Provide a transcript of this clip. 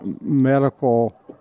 medical